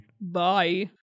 bye